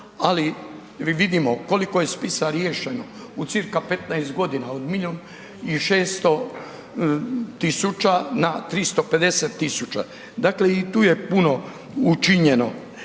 mi vidimo koliko je spisa riješeno u cca od milijun i 600 tisuća na 350.000 dakle i tu je puno učinjeno,